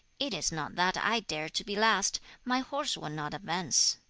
it is not that i dare to be last. my horse would not advance.